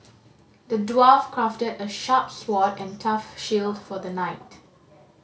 the dwarf crafted a sharp sword and a tough shield for the knight